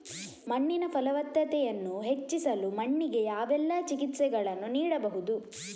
ಮಣ್ಣಿನ ಫಲವತ್ತತೆಯನ್ನು ಹೆಚ್ಚಿಸಲು ಮಣ್ಣಿಗೆ ಯಾವೆಲ್ಲಾ ಚಿಕಿತ್ಸೆಗಳನ್ನು ನೀಡಬಹುದು?